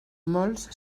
molts